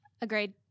Agreed